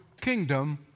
kingdom